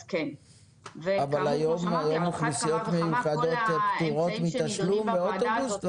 אז כן -- אבל היום אוכלוסיות מיוחדות פטורות מתשלום באוטובוס,